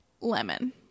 Lemon